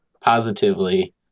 positively